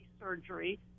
surgery